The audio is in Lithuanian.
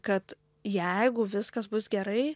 kad jeigu viskas bus gerai